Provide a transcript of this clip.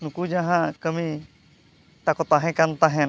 ᱱᱩᱠᱩ ᱡᱟᱦᱟᱸ ᱠᱟᱹᱢᱤ ᱛᱟᱠᱚ ᱛᱟᱦᱮᱸᱠᱟᱱ ᱛᱟᱦᱮᱫ